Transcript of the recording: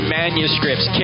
manuscripts